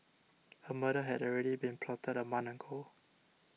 a murder had already been plotted a month ago